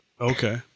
Okay